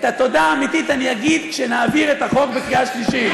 את התודה האמיתית אני אגיד כשנעביר את החוק בקריאה שלישית.